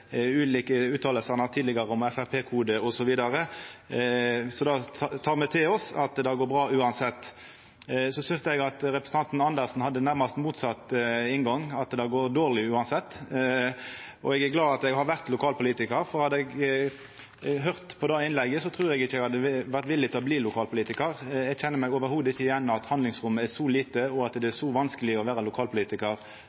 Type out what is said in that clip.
ulike utsegner han har hatt tidlegare, om Frp-kode, osv. Så det tek me til oss – at det går bra uansett. Så synest eg at representanten Karin Andersen hadde nærast motsett inngang, at det går dårleg uansett, og eg er glad for at eg har vore lokalpolitikar, for hadde eg høyrt på det innlegget, trur eg ikkje eg hadde vore villig til å bli det. Eg kjenner meg ikkje i det heile igjen i at handlingsrommet er så lite, og at det